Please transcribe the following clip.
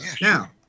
now